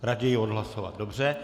Raději odhlasovat, dobře.